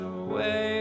away